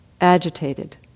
agitated